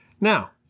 Now